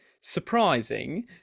surprising